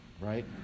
right